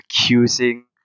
accusing